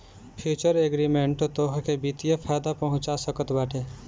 futures agreement तोहके वित्तीय फायदा पहुंचा सकत बाटे